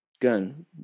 gun